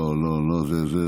לא לא לא.